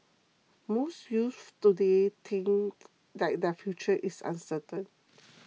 most youths today think that their future is uncertain